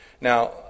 Now